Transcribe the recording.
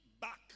back